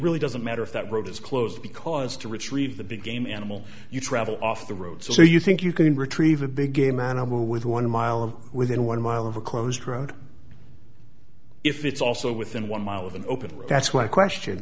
really doesn't matter if that road is closed because to retrieve the big game animal you travel off the road so you think you can retrieve a big a man number with one mile of within one mile of a closed road if it's also within one mile of an open that's why question